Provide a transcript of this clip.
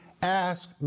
ask